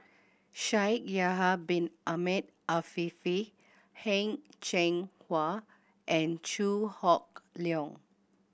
Shaikh Yahya Bin Ahmed Afifi Heng Cheng Hwa and Chew Hock Leong